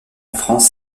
france